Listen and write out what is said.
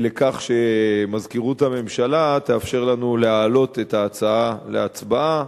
שמזכירות הממשלה תאפשר לנו להעלות את ההצעה להצבעה,